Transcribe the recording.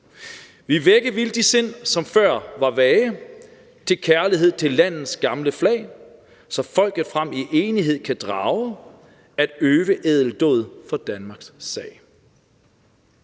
vække vil de Sind, som før var vage,/Til kærlighed til Landets gamle Flag,/Så Folket frem i Enighed kan drage,/At øve ædel Daad for Danmarks Sag.«